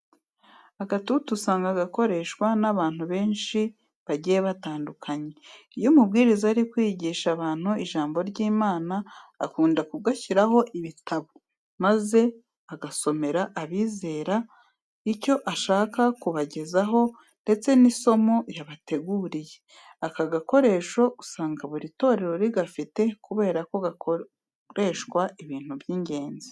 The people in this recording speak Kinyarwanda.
Agatuti usanga gakoreshwa n'abantu benshi bagiye batandukanye. Iyo umubwiriza ari kwigisha abantu ijambo ry'Imana, akunda kugashyiraho ibitabo maze agasomera abizera icyo ashaka kubagezaho ndetse n'isomo yabateguriye. Aka gakoresho usanga buri torero rigafite kubera ko gakoreshwa ibintu by'ingenzi.